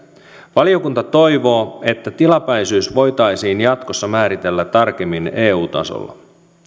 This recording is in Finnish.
valiokunta toivoo että tilapäisyys voitaisiin jatkossa määritellä tarkemmin eu tasolla